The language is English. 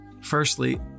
firstly